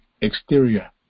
exterior